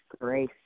grace